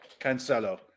Cancelo